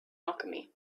alchemy